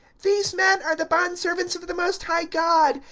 these men are the bondservants of the most high god,